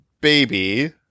baby